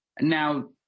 Now